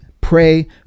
pray